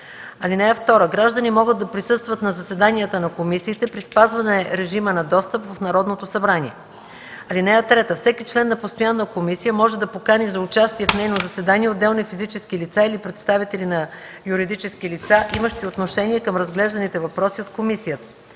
(2) Граждани могат да присъстват на заседанията на комисиите при спазване режима на достъп в Народното събрание. (3) Всеки член на постоянна комисия може да покани за участие в нейно заседание отделни физически лица или представители на юридически лица, имащи отношение към разглежданите въпроси от комисията.